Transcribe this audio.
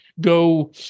go